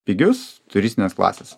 pigius turistinės klasės